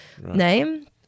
name